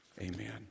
amen